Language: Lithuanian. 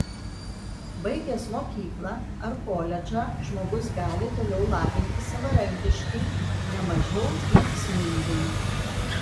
baigęs mokyklą ar koledžą žmogus gali toliau lavintis savarankiškai ne mažiau veiksmingai